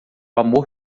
amor